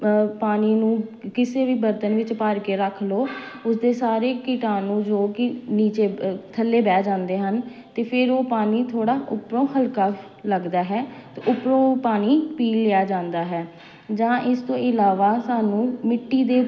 ਪਾਣੀ ਨੂੰ ਕਿਸੇ ਵੀ ਬਰਤਨ ਵਿੱਚ ਭਰ ਕੇ ਰੱਖ ਲਓ ਉਸਦੇ ਸਾਰੇ ਕੀਟਾਣੂ ਜੋ ਕਿ ਨੀਚੇ ਥੱਲੇ ਬਹਿ ਜਾਂਦੇ ਹਨ ਅਤੇ ਫਿਰ ਉਹ ਪਾਣੀ ਥੋੜ੍ਹਾ ਉੱਪਰੋਂ ਹਲਕਾ ਲੱਗਦਾ ਹੈ ਅਤੇ ਉੱਪਰੋਂ ਪਾਣੀ ਪੀ ਲਿਆ ਜਾਂਦਾ ਹੈ ਜਾਂ ਇਸ ਤੋਂ ਇਲਾਵਾ ਸਾਨੂੰ ਮਿੱਟੀ ਦੇ